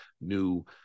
new